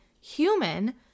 human